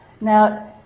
Now